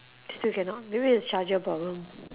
still cannot maybe it's charger problem